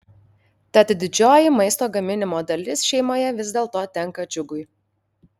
tad didžioji maisto gaminimo dalis šeimoje vis dėlto tenka džiugui